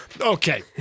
Okay